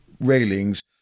railings